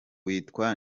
witwa